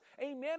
amen